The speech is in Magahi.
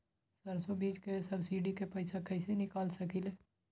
सरसों बीज के सब्सिडी के पैसा कईसे निकाल सकीले?